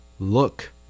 Look